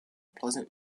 pleasant